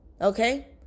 Okay